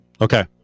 Okay